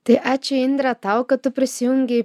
tai ačiū indre tau kad tu prisijungei